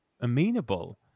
amenable